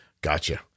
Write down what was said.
gotcha